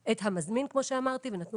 כמו שאמרתי הכנסנו לזה גם את המזמן ונתנו